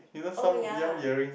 oh ya